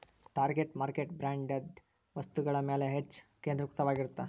target market branded ವಸ್ತುಗಳ ಮ್ಯಾಲೆ ಹೆಚ್ಚ್ ಕೇಂದ್ರೇಕೃತವಾಗಿರತ್ತ